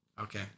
Okay